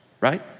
right